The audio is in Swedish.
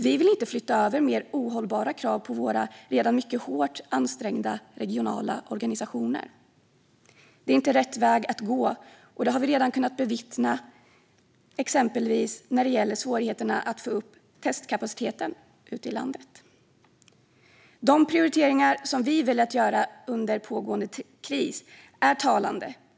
Vi vill inte flytta över mer ohållbara krav på våra redan mycket hårt ansträngda regionala organisationer. Det är inte rätt väg att gå, och det har vi redan kunnat bevittna exempelvis när det gäller svårigheterna att få upp testkapaciteten ute i landet. De prioriteringar som vi väljer att göra under pågående kris är talande.